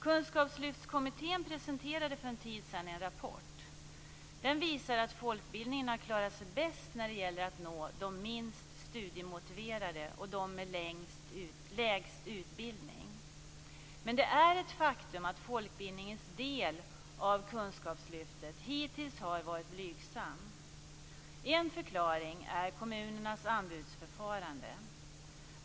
Kunskapslyftskommittén presenterade för en tid sedan en rapport. Den visar att folkbildningen har klarat sig bäst när det gäller att nå de minst studiemotiverade och de lägst utbildade. Men det är ett faktum att folkbildningens del av kunskapslyftet hittills har varit blygsam. En förklaring är kommunernas anbudsförfarande.